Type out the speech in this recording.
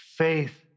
Faith